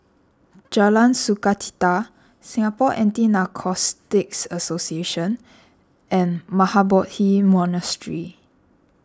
Jalan Sukachita Singapore Anti Narcotics Association and Mahabodhi Monastery